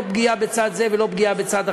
לא פגיעה בצד זה ולא פגיעה בצד אחר.